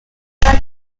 around